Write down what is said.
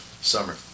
summer